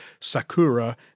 Sakura